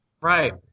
Right